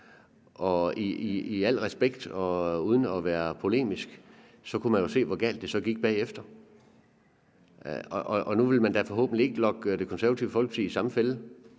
Med al respekt og uden at være polemisk vil jeg sige, at man jo kunne se, hvor galt det så gik bagefter. Nu vil man da forhåbentlig ikke lokke Det Konservative Folkeparti i den samme fælde?